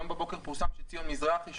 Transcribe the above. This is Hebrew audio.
היום בבוקר פורסם כי ציון מזרחי,